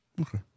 Okay